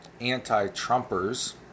anti-Trumpers